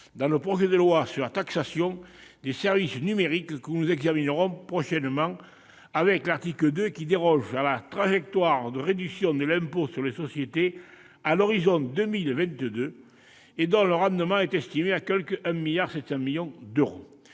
dans le projet de loi sur la taxation des services numériques que nous examinerons prochainement. Son article 2 déroge à la trajectoire de réduction de l'impôt sur les sociétés à l'horizon de 2022, pour un rendement estimé à quelque 1,7 milliard d'euros.